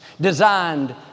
designed